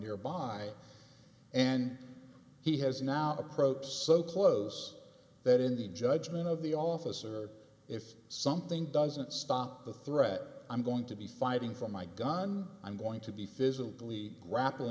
nearby and he has not approached so close that in the judgment of the officer if something doesn't stop the threat i'm going to be fighting for my gun i'm going to be physically